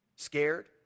scared